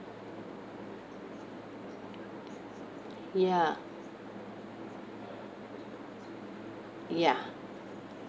ya ya